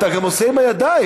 אתה גם עושה עם הידיים,